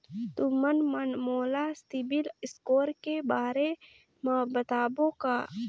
तुमन मन मोला सीबिल स्कोर के बारे म बताबो का?